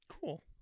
Cool